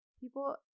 people